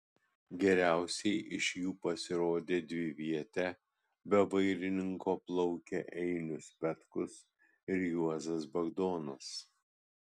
geriausiai iš jų pasirodė dviviete be vairininko plaukę einius petkus ir juozas bagdonas